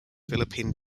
philippine